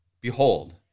behold